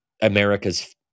America's